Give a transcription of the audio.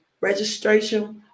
registration